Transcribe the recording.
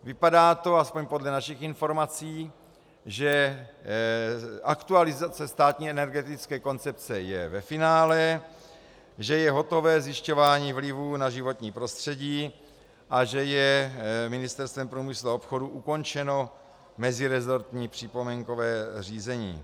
Vypadá to, alespoň podle našich informací, že aktualizace státní energetické koncepce je ve finále, že je hotové zjišťování vlivů na životní prostředí a že je Ministerstvem průmyslu a obchodu ukončeno mezirezortní připomínkové řízení.